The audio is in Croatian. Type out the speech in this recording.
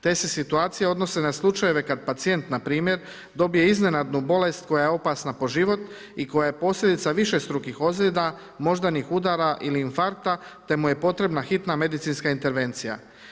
Te se situacije odnose na slučajeve kad pacijent npr. dobije iznenadnu bolest koja je opasna po život i koja je posljedica višestrukih ozljeda, moždanih udara ili infarkta te mu je potrebna hitna medicinska intervencija.